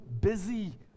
busy